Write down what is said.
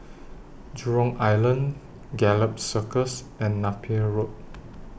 Jurong Island Gallop Circus and Napier Road